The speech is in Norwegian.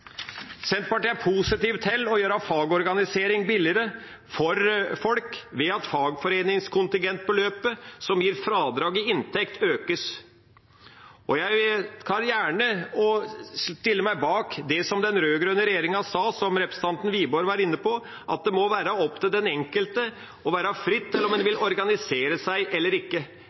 Senterpartiet er positive til å gjøre fagorganisering billigere for folk ved at fagforeningskontingentbeløpet som gir fradrag i inntekt, økes. Jeg kan gjerne stille meg bak det som den rød-grønne regjeringa sa, og som representanten Wiborg var inne på, at det må være opp til den enkelte, være fritt, om en vil organisere seg eller ikke,